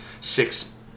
six